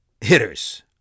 hitters